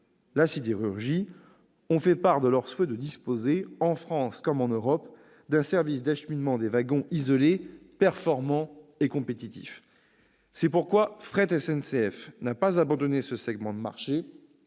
la sidérurgie, ont fait part de leur souhait de disposer, en France et en Europe, d'un service d'acheminement de wagons isolés performant et compétitif. C'est pourquoi Fret SNCF n'a pas abandonné ce segment de marché